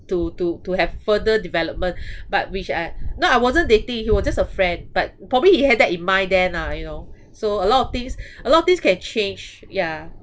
to to to have further development but which I no I wasn't dating he was just a friend but probably he had that in mind then lah you know so a lot of things a lot of things can change yeah